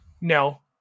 No